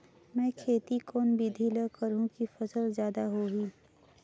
मै खेती कोन बिधी ल करहु कि फसल जादा होही